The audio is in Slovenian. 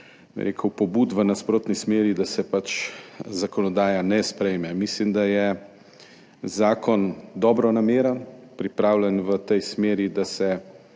pobud v nasprotni smeri, da se pač zakonodaja ne sprejme. Mislim, da je zakon dobronameren, pripravljen v tej smeri, da se